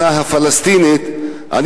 הפלסטינית ומדינות אחרות מכירות.